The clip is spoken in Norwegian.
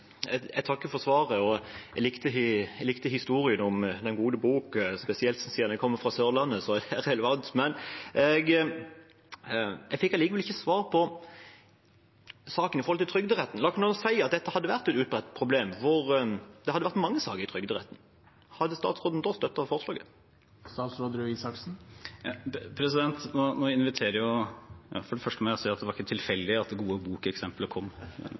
Jeg takker for svaret. Jeg likte spesielt historien om Den gode bok, for siden jeg kommer fra Sørlandet, er det relevant. Men jeg fikk allikevel ikke svar på saken når det gjelder Trygderetten. La oss nå si at dette hadde vært et utbredt problem, og det hadde vært mange saker i Trygderetten. Hadde statsråden da støttet forslaget? For det første må jeg si at det ikke var tilfeldig at Den gode bok-eksemplet kom